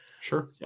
Sure